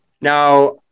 Now